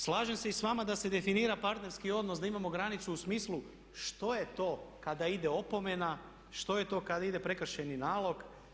Slažem se i s vama da se definira partnerski odnos da imamo granicu u smislu što je to kada ide opomena, što je to kada ide prekršajni nalog.